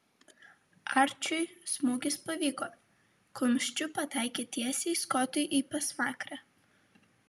arčiui smūgis pavyko kumščiu pataikė tiesiai skotui į pasmakrę